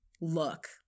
look